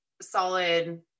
solid